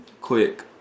quick